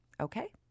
Okay